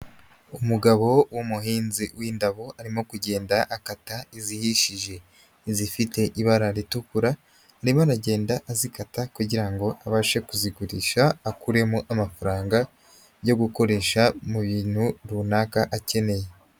Umugabo w'umuhinzi w'indabo arimo kugenda akata izihishije. Izifite ibara ritukura arimo aragenda azikata kugira ngo abashe kuzigurisha akuremo amafaranga yo gukoresha mu bintu runaka akeneye.